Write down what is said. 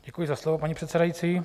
Děkuji za slovo, paní předsedající.